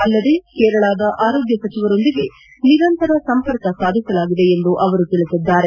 ಅಲ್ಲದೇ ಕೇರಳದ ಆರೋಗ್ಯ ಸಚಿವರೊಂದಿಗೆ ನಿರಂತರ ಸಂಪರ್ಕ ಸಾಧಿಸಲಾಗಿದೆ ಎಂದು ಅವರು ತಿಳಿಸಿದ್ದಾರೆ